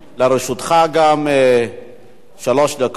גם לרשותך שלוש דקות.